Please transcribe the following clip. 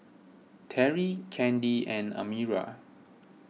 Terrie Kandi and Amira